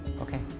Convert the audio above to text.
okay